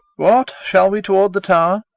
what shall we toward the tower?